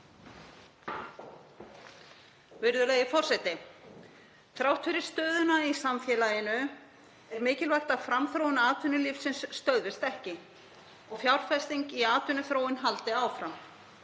Virðulegi forseti. Þrátt fyrir stöðuna í samfélaginu er mikilvægt að framþróun atvinnulífsins stöðvist ekki og fjárfesting í atvinnuþróun haldi áfram.